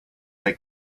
they